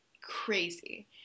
crazy